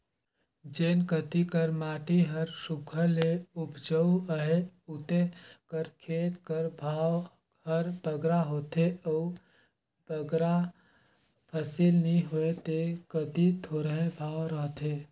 जेन कती कर माटी हर सुग्घर ले उपजउ अहे उते कर खेत कर भाव हर बगरा होथे अउ बगरा फसिल नी होए ते कती थोरहें भाव रहथे